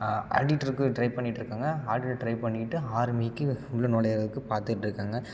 ஆடிட்டருக்கு try பண்ணிட்டிருக்கேங்க auditor try பண்ணிட்டு ஆர்மிக்கு உள்ளே நொழையிறக்கு பார்த்துட்ருக்கேங்க